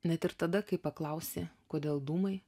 net ir tada kai paklausi kodėl dūmai